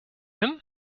him